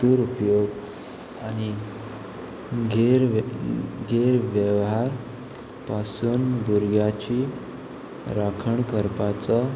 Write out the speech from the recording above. दुरउपयोग आनी गेर गेर वेव्हार पासून भुरग्याची राखण करपाक करपाचो